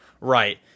right